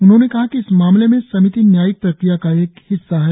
उन्होंने कहा कि इस मामले में समिति न्यायिक प्रक्रिया का एक हिस्सा है